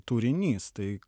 turinys tai